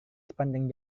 sepanjang